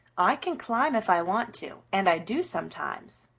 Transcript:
i can climb if i want to, and i do sometimes,